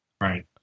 Right